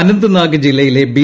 അനന്ത് നാഗ് ജില്ലയിലെ ബി